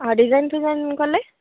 ଆଉ ଡ଼ିଜାଇନ୍ଫିଜାଇନ୍ କଲେ